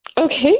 Okay